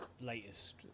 latest